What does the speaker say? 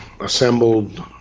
assembled